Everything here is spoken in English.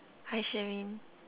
hi Xuemin